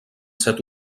set